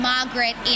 Margaret